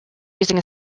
using